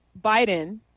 Biden